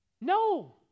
No